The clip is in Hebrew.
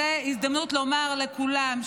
זו הזדמנות לומר לכולם,